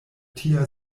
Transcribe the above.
tia